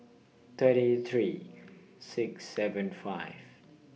thirty three six seven five